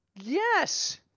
Yes